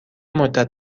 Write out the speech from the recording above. مدت